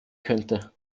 könnte